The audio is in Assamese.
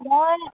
মই